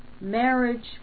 marriage